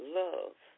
love